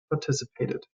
participated